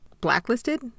blacklisted